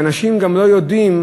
שאנשים גם לא יודעים